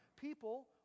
people